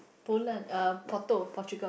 Poland uh Portu~ Portugal